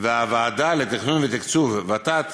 והוועדה לתכנון ותקצוב, ות"ת,